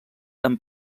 amb